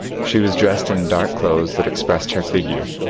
she was dressed in dark clothes that expressed her figure,